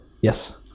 Yes